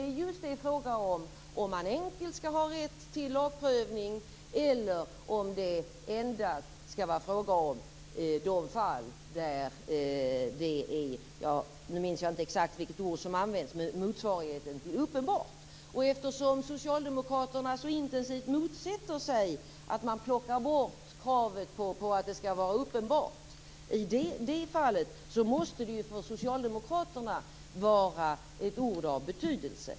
Det är fråga om huruvida man enkelt skall få rätt till lagprövning eller om sådan endast skall komma i fråga i uppenbara fall. Jag vet inte exakt vilket ord som användes, men det var motsvarigheten till uppenbar. Socialdemokraterna motsätter sig så intensivt att man plockar bort kravet på att innehav skall vara uppenbart försvarligt. I det fallet måste det för socialdemokraterna vara ett ord av betydelse.